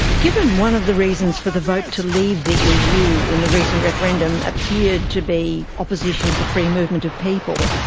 given one of the reasons for the vote to leave the eu in the recent referendum appeared to be opposition to the free movement of people,